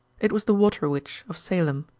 it was the water witch, of salem,